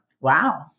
Wow